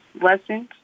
lessons